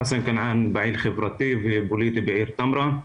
חסן כנעאן, פעיל חברתי ופוליטי בעיר טמרה.